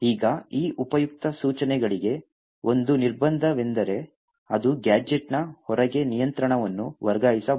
ಈಗ ಈ ಉಪಯುಕ್ತ ಸೂಚನೆಗಳಿಗೆ ಒಂದು ನಿರ್ಬಂಧವೆಂದರೆ ಅದು ಗ್ಯಾಜೆಟ್ನ ಹೊರಗೆ ನಿಯಂತ್ರಣವನ್ನು ವರ್ಗಾಯಿಸಬಾರದು